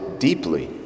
Deeply